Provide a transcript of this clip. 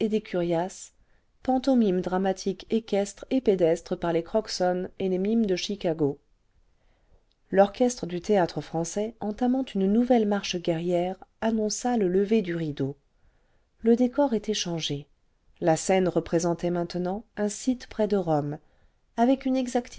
des curiaces pantomime dramatique équestre et pédestre par les crokson et les mimes de chicago l'orchestre du théâtre-français entamant une nouvelle marche guerrière annonça le lever du rideau le décor était changé la scène représentait maintenant un site près de rome avec une